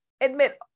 admit